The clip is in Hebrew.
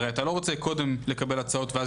הרי אתה לא רוצה קודם לקבל הצעות ואז